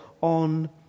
on